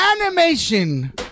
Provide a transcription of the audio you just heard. animation